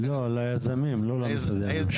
לא, ליזמים, לא למשרדים.